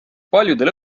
paljudele